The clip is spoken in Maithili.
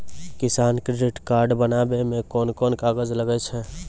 किसान क्रेडिट कार्ड बनाबै मे कोन कोन कागज लागै छै?